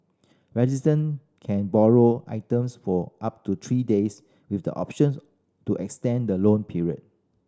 resident can borrow items for up to three days with the option to extend the loan period